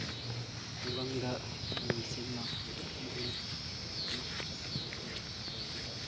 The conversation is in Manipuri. ꯈꯨꯡꯒꯪꯗ ꯃꯤꯑꯣꯏꯁꯤꯡꯅ ꯍꯣꯡꯗꯣꯛ ꯍꯣꯡꯖꯤꯟ ꯑꯃꯁꯨꯡ ꯆꯠꯊꯣꯛ ꯆꯠꯁꯤꯟ ꯇꯧꯕꯗ